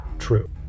true